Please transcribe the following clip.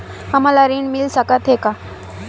हमन ला ऋण मिल सकत हे का?